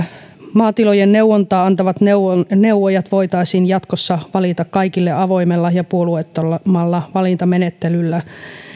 maatiloille neuvontaa antavat neuvojat neuvojat voitaisiin jatkossa valita kaikille avoimella ja puolueettomalla valintamenettelyllä